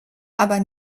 aber